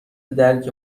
درک